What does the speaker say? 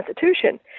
Constitution